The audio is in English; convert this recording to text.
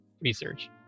research